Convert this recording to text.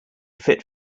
fit